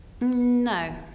No